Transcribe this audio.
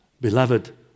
beloved